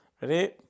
Ready